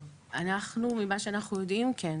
אנחנו, ממה שאנחנו יודעים, כן.